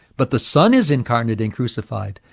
but the son is incarnate and crucified,